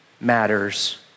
matters